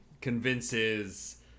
convinces